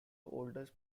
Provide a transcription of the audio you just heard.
oldest